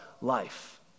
life